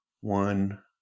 one